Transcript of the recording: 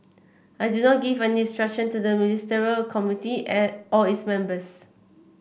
I do not give any instruction to the Ministerial Committee and or its members